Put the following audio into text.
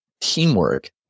teamwork